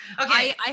Okay